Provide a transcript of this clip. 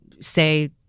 say